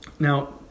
Now